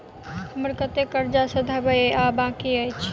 हमरा कतेक कर्जा सधाबई केँ आ बाकी अछि?